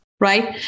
Right